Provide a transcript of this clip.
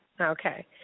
Okay